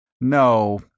No